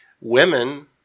Women